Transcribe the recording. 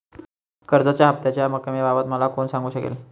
कर्जाच्या हफ्त्याच्या रक्कमेबाबत मला कोण सांगू शकेल?